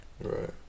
right